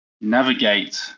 navigate